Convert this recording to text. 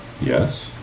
Yes